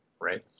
right